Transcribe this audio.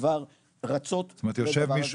כבר רצות בדבר הזה --- זאת אומרת יושב